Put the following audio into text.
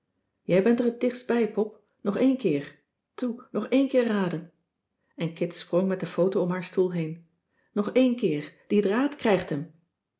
jij bent er het dichtst bij pop nog één keer toe nog één keer raden en kit sprong met de foto om haar stoel heen nog één keer die t raadt krijgt hem